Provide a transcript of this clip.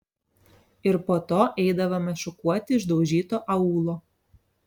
ir po to eidavome šukuoti išdaužyto aūlo